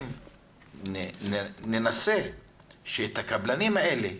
ננסה שהקבלנים האלה,